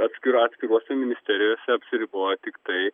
atskira atskirose ministerijose apsiriboja tiktai